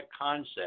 concept